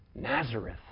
Nazareth